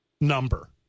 number